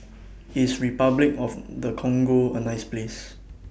IS Repuclic of The Congo A nice Place